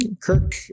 Kirk